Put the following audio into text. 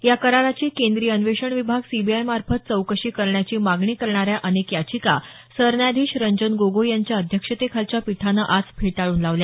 या कराराची केंद्रीय अन्वेषण विभाग सीबीआय मार्फत चौकशी करण्याची मागणी करणाऱ्या अनेक याचिका सरन्यायाधीश रंजन गोगोई यांच्या अध्यक्षतेखालच्या पीठानं आज फेटाळून लावल्या